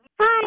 Hi